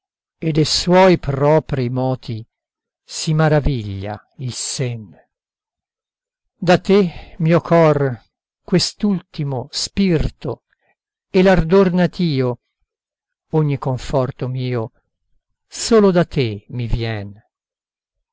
e de suoi proprii moti si maraviglia il sen da te mio cor quest'ultimo spirto e l'ardor natio ogni conforto mio solo da te mi vien